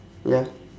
ya